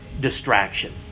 distraction